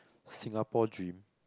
Singapore dream